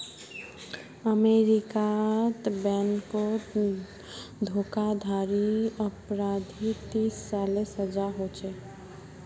अमेरीकात बैनकोत धोकाधाड़ी अपराधी तीस सालेर सजा होछे